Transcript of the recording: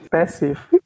Passive